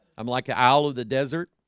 i'm like an owl of the desert